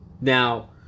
Now